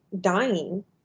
dying